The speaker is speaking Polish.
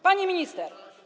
Pani Minister!